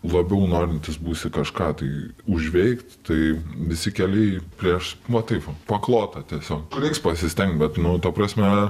labiau norintis būsi kažką tai užveikt tai visi keliai prieš va taip va paklota tiesiog reiks pasistengt bet nu ta prasme